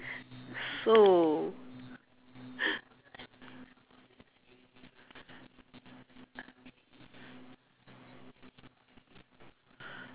so